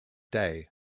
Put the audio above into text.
day